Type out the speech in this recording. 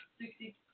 Sixty